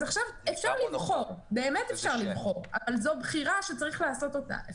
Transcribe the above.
אפשר לבחור אבל זו בחירה שצריך לעשות אותה.